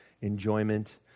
enjoyment